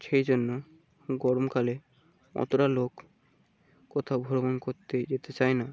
সেই জন্য গরমকালে অতটা লোক কোথাও ভ্রমণ করতে যেতে চায় না